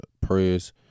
prayers